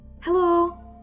Hello